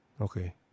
Okay